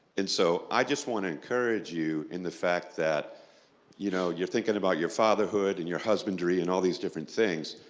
and so i just want to encourage you in the fact that you know you're thinking about your fatherhood and your husbandry and all these different things.